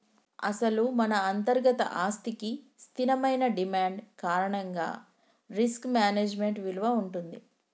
అసలు మన అంతర్గత ఆస్తికి స్థిరమైన డిమాండ్ కారణంగా రిస్క్ మేనేజ్మెంట్ విలువ ఉంటుంది